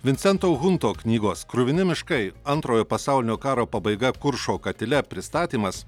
vincento hunto knygos kruvini miškai antrojo pasaulinio karo pabaiga kuršo katile pristatymas